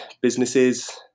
businesses